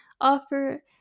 offer